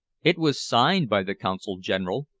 it was signed by the consul-general,